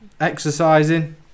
exercising